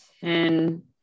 ten